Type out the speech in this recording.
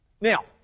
Now